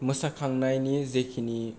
मोसाखांनायनि जेखिनि